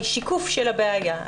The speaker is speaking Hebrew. היא שיקוף של הבעיה.